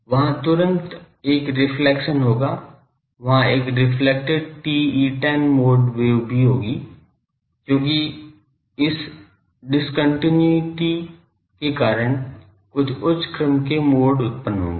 वहाँ तुरंत एक रिफ्लेक्शन होगा वहाँ एक रेफ्लेक्टेड TE10 मोड वेव भी होगी क्योंकि इस डिस्कन्टिन्यूइटी के कारण कुछ उच्च क्रम के मोड उत्पन्न होंगे